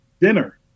dinner